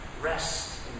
rest